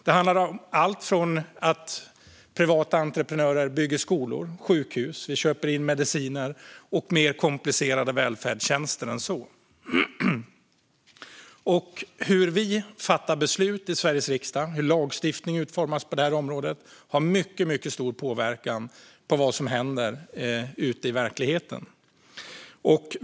Det handlar om allt från att privata entreprenörer bygger skolor och sjukhus till att vi köper in mediciner och mer komplicerade välfärdstjänster än så. Vilka beslut vi fattar i Sveriges riksdag och hur lagstiftningen utformas på det här området har mycket stor påverkan på vad som händer ute i verkligheten.